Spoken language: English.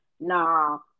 No